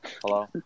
Hello